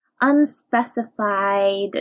unspecified